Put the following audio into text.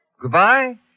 Goodbye